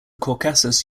caucasus